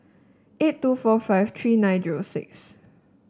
eight two four five three nine zero six